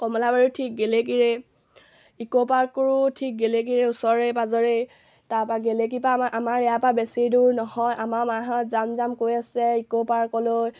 কমলাবাৰীও ঠিক গেলেকীৰে ইক'পাৰ্কৰো ঠিক গেলেকীৰে ওচৰে পাঁজৰেই তাৰপৰা গেলেকীৰপৰা আমাৰ আমাৰ ইয়াৰপৰা বেছি দূৰ নহয় আমাৰ মাহঁত যাম যাম কৈ আছে ইক'পাৰ্কলৈ